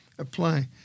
apply